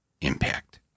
impact